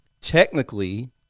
technically